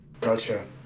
Gotcha